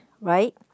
right